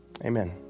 Amen